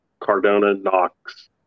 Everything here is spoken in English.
Cardona-Knox